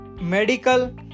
medical